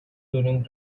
during